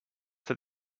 that